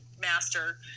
master